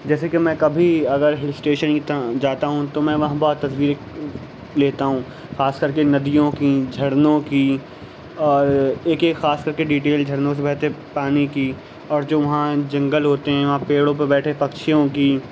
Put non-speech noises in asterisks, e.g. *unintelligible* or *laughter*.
جیسے کہ میں کبھی اگر ہل اسٹیشن کی *unintelligible* جاتا ہوں تو میں وہاں بہت تصویریں لیتا ہوں خاص کر کے ندیوں کی جھرنوں کی اور ایک ایک خاص کر کے ڈیٹیل جھرنوں سے بہتے پانی کی اور جو وہاں جنگل ہوتے ہیں وہاں پیڑوں پہ بیٹھے پکچھیوں کی